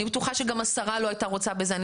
אני בטוחה שגם השרה לא הייתה רוצה בזה.